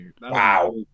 Wow